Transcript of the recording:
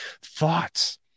thoughts